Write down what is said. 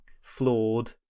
flawed